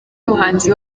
umuhanzi